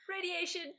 radiation